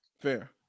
Fair